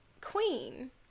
Queen